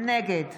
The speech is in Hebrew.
נגד